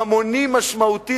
ממוני משמעותי,